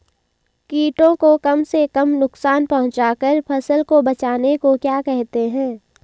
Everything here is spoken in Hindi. कीटों को कम से कम नुकसान पहुंचा कर फसल को बचाने को क्या कहते हैं?